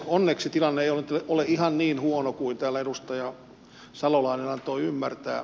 onneksi tilanne ei ole ihan niin huono kuin täällä edustaja salolainen antoi ymmärtää